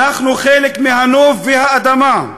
אנחנו חלק מהנוף והאדמה,